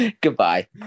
goodbye